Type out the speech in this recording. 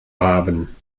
haben